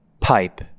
Pipe